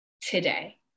today